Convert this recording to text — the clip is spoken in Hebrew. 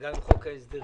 וגם עם חוק ההסדרים,